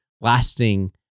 lasting